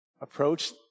approach